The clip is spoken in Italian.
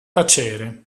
tacere